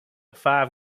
five